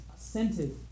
assented